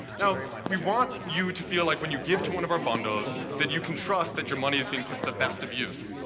now, we want you to feel like, when you give to one of our bundles, that you can trust that your money is being put to the best of use.